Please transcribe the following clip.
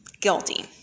guilty